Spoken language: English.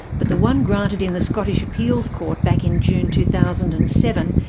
but the one granted in the scottish appeals court back in june two thousand and seven,